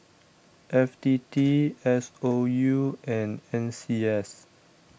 F T T S O U and N C S